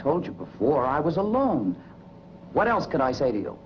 told you before i was alone what else can i say